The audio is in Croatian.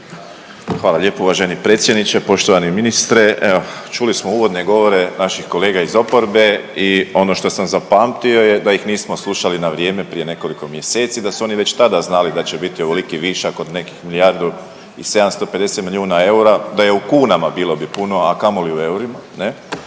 Hvala lijepo uvaženi predsjedniče, poštovani ministre. Evo čuli smo uvodne govore naših kolega iz oporbe i ono što sam zapamtio je da ih nismo slušali na vrijeme prije nekoliko mjeseci, da su oni već tada znali da će biti ovoliki višak od nekih milijardu i 750 milijuna eura, da je u kunama bilo bi puno, a kamoli u eurima ne?